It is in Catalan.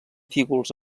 fígols